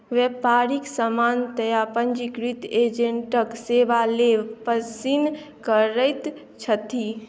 व्यापारी सामान्यतया पञ्जीकृत एजेण्टक सेवा लेब पसीन करैत छथि